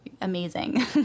amazing